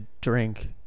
drink